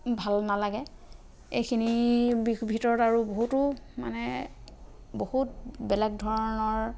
ভাল নালাগে এইখিনি ভিতৰত আৰু বহুতো মানে বহুত বেলেগ ধৰণৰ